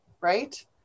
right